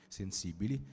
sensibili